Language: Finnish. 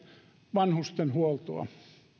vanhustenhuoltoa